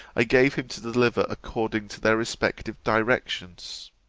i gave him to deliver according to their respective directions.